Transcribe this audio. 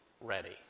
ready